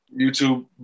YouTube